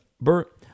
Bert